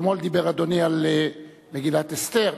אתמול דיבר אדוני על מגילת אסתר,